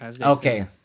Okay